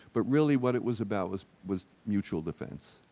but really what it was about was was mutual defense.